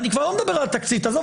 אני כבר לא מדבר על התקציב עזוב,